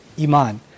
Iman